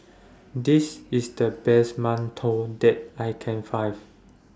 This IS The Best mantou that I Can Find